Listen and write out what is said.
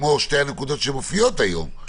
כמו שתי הנקודות שכבר מופיעות היום,